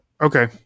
Okay